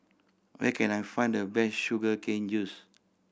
where can I find the best sugar cane juice